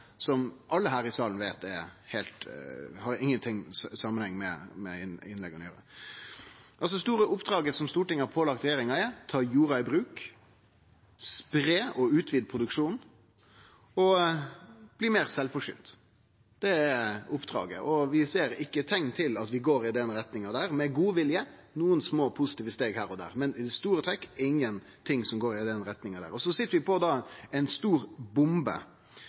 som alle her i salen veit ikkje har samanheng med saka. Det store oppdraget som Stortinget har pålagt regjeringa, er: Ta jorda i bruk, sprei og utvid produksjonen, og bli meir sjølvforsynt. Det er oppdraget, men vi ser ikkje teikn til at vi går i den retninga – med god vilje ser vi nokre små positive teikn her og der, men i store trekk er det ingenting som går i den retninga. Så sit vi på ei stor bombe,